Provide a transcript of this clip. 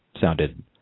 Sounded